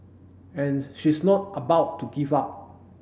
and she's not about to give up